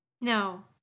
No